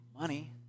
money